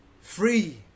free